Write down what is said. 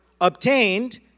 obtained